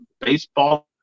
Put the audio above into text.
baseball